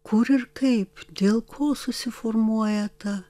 kur ir kaip dėl ko susiformuoja ta